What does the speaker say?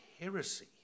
heresy